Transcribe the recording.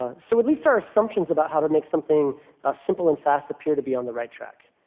ah so at least our assumptions about how to make something simple and fast appear to be on the right track.